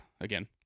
again